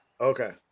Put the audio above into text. Okay